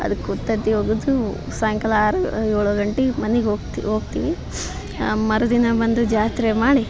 ಅದಕ್ಕೆ ಉತ್ತುತ್ತಿ ಒಗದು ಸಾಯಂಕಾಲ ಆರು ಏಳು ಗಂಟೆಗೆ ಮನಿಗೆ ಹೋಗ್ತೀವಿ ಹೋಗ್ತೀವಿ ಆ ಮರುದಿನ ಬಂದು ಜಾತ್ರೆ ಮಾಡಿ